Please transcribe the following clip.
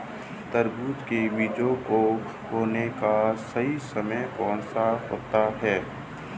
तरबूज के बीजों को बोने का सही समय कौनसा होता है?